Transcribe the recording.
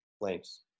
links